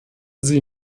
sie